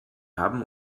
haben